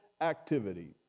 activity